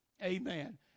Amen